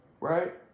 Right